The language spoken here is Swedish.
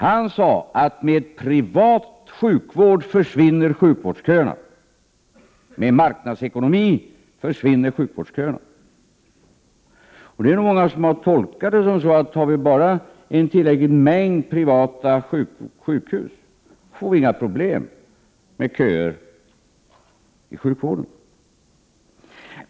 Han sade att med privat sjukvård försvinner sjukvårdsköerna, med marknadsekonomi försvinner sjukvårdsköerna. Det är nog många som har tolkat det så, att får vi bara en tillräcklig mängd privata sjukhus får vi inga problem med köer i sjukvården.